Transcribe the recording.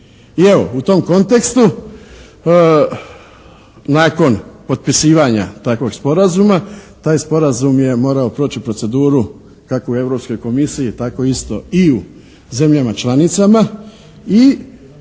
I evo, u tom kontekstu nakon potpisivanja takvog sporazuma taj sporazum je morao proći proceduru kako u Europskoj komisiji tako isto i u zemljama članicama i mogu